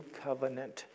covenant